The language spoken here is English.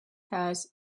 has